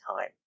time